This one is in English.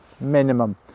minimum